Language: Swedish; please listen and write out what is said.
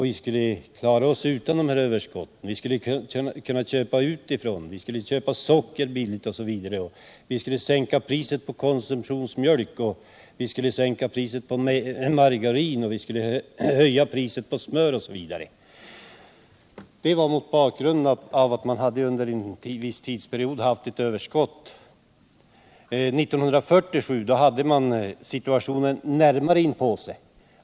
Vi skulle kunna klara oss utan de här överskotten, menade man, vi skulle kunna köpa livsmedel utifrån, vi skulle kunna köpa t.ex. socker billigt, vi skulle sänka priset på konsumtionsmjölk, vi skulle sänka priset på margarin och höja priset på smör osv. Så resonerade man mot bakgrund av att vi under en viss tidsperiod hade haft ett överskott på vissa produkter. 1947 hade man bristsituationen närmare inpå sig.